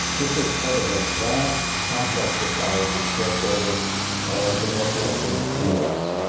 this was part of a vast complex of fires that swept over the northwestern us.